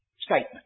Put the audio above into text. statement